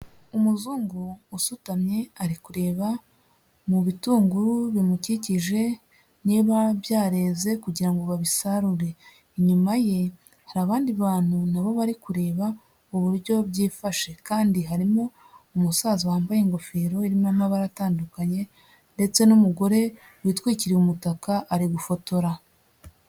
Umuzungu usutamye ari kureba mu bitunguru bimukikije niba byareze kugira ngo babisarure. Inyuma ye hari abandi bantu nabo bari kureba uburyo byifashe kandi harimo umusaza wambaye ingofero irimo amabara atandukanye, ndetse n'umugore witwikiriye umutaka ari gufotora.